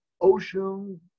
Ocean